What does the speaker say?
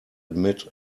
admit